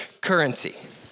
currency